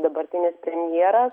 dabartinis premjeras